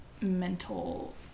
mental